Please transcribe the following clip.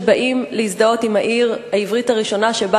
שבאים להזדהות עם העיר העברית הראשונה שבה